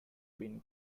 been